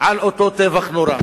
על אותו טבח נורא.